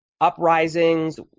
uprisings